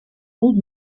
old